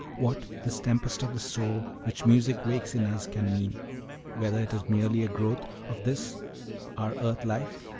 what this tempest of the soul which music wakes in us can mean whether it is merely a growth of this our earth-life,